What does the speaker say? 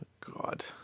God